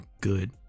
good